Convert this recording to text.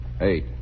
Eight